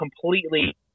completely